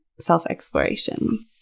self-exploration